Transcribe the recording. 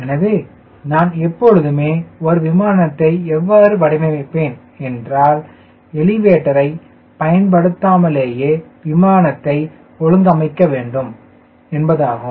எனவே நான் எப்பொழுதுமே ஒரு விமானத்தை எவ்வாறு வடிவமைப்பேன் என்றால் எலிவேட்டரை பயன்படுத்தாமலேயே விமானத்தை ஒழுங்கமைக்க வேண்டும் என்பதாகும்